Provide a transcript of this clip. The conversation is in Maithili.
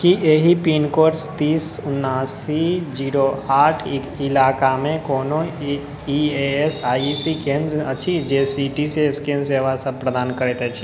की एहि पिन कोड तीस उनासी जीरो आठ इलाकामे कोनो ई एस आई सी केंद्र अछि जे सी टी स्कैन सेवा सब प्रदान करैत अछि